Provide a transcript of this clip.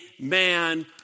man